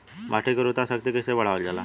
माटी के उर्वता शक्ति कइसे बढ़ावल जाला?